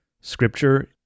Scripture